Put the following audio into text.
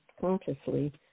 consciously